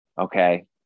okay